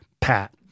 PAT